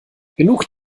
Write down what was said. genug